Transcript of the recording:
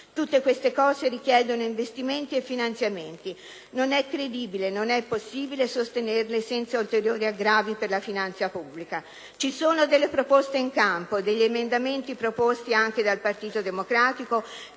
Tutto ciò richiede investimenti e finanziamenti: non è credibile, non è possibile sostenere tutto ciò «senza ulteriori aggravi per la finanza pubblica». Ci sono proposte in campo, emendamenti proposti anche dal Partito Democratico,